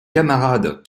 camarades